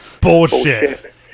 Bullshit